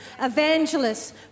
Evangelists